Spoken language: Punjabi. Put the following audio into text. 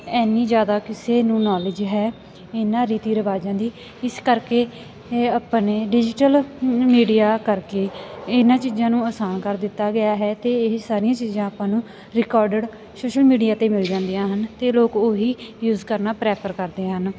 ਇੰਨੀ ਜ਼ਿਆਦਾ ਕਿਸੇ ਨੂੰ ਨੌਲੇਜ ਹੈ ਇਹਨਾਂ ਰੀਤੀ ਰਿਵਾਜ਼ਾਂ ਦੀ ਇਸ ਕਰਕੇ ਹੇ ਆਪਾਂ ਨੇ ਡਿਜੀਟਲ ਮੀਡੀਆ ਕਰਕੇ ਇਹਨਾਂ ਚੀਜ਼ਾਂ ਨੂੰ ਆਸਾਨ ਕਰ ਦਿੱਤਾ ਗਿਆ ਹੈ ਅਤੇ ਇਹ ਸਾਰੀਆਂ ਚੀਜ਼ਾਂ ਆਪਾਂ ਨੂੰ ਰਿਕਾਰਡਡ ਸੋਸ਼ਲ ਮੀਡੀਆ 'ਤੇ ਮਿਲ ਜਾਂਦੀਆਂ ਹਨ ਅਤੇ ਲੋਕ ਉਹ ਹੀ ਯੂਜ ਕਰਨਾ ਪ੍ਰੈਫਰ ਕਰਦੇ ਹਨ